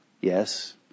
Yes